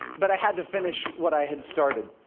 but i had to finish what i had started.